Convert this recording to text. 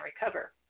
recover